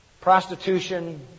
Prostitution